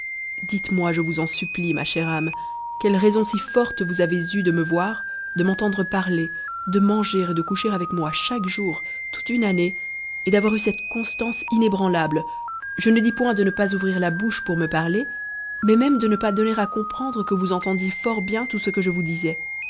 dites-moi je vous en supplie ma chère âme quelle raison si forte vous avez eue de me voir de m'entendre parler de manger et de coucher avec moichaque jour toute une année et d'avoir eu cette constance inébranlable je ne dis point de ne pas ouvrir la bouche pour me parler mais même de ne pas donner à comprendre que vous entendiez fort bien tout ce que je vous disais